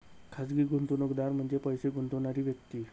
खाजगी गुंतवणूकदार म्हणजे पैसे गुंतवणारी व्यक्ती